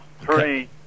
three